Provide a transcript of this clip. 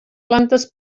plantes